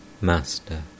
Master